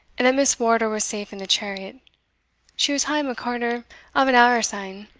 and that miss wardour was safe in the chariot she was hame a quarter of an hour syne,